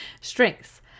Strengths